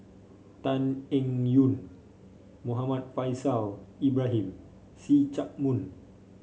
Tan Eng Yoon Muhammad Faishal Ibrahim See Chak Mun